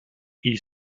ils